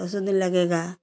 दसों दिन लगेगा